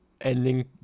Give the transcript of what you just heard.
ending